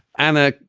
anna,